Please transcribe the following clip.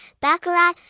baccarat